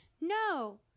no